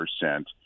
percent